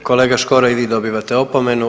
Kolega Škoro i vi dobivate opomenu.